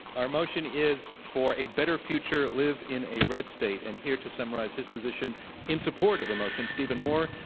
our motion is for a better future live in a red state and here to summarize his position in support of the motion, steven moore,